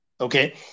Okay